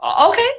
okay